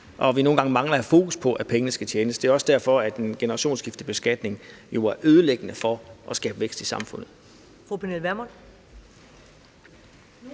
og vi nogle gange mangler at have fokus på, at pengene skal tjenes. Det er også derfor, at en generationsskiftebeskatning jo er ødelæggende for det at skabe vækst i samfundet. Kl. 15:46 Første